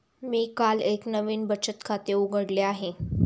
मी काल एक नवीन बचत खाते उघडले आहे